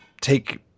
take